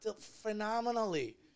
phenomenally